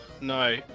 No